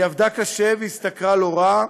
היא עבדה קשה והשתכרה לא רע,